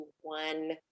one